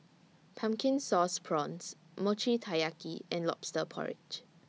Pumpkin Sauce Prawns Mochi Taiyaki and Lobster Porridge